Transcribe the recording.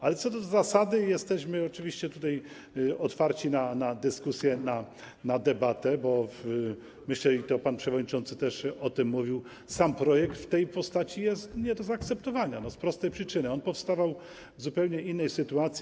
Ale co do zasady jesteśmy oczywiście tutaj otwarci na dyskusję, na debatę, bo tak myślę, i pan przewodniczący też o tym mówił, że sam projekt w tej postaci jest nie do zaakceptowania z prostej przyczyny - on powstawał w zupełnie innej sytuacji.